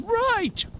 right